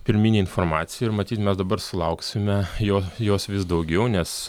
pirminė informacija ir matyt mes dabar sulauksime jo jos vis daugiau nes